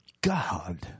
God